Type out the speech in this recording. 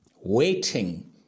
waiting